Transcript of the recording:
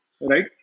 right